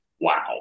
wow